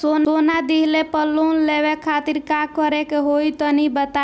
सोना दिहले पर लोन लेवे खातिर का करे क होई तनि बताई?